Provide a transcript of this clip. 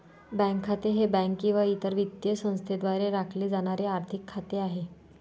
bank खाते हे bank किंवा इतर वित्तीय संस्थेद्वारे राखले जाणारे आर्थिक खाते आहे